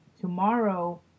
tomorrow